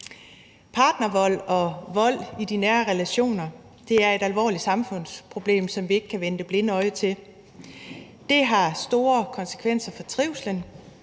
Partnervold og vold i de nære relationer er et alvorligt samfundsproblem, som vi ikke kan vende det blinde øje til. Det har store konsekvenser for trivslen,